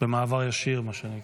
במעבר ישיר, מה שנקרא.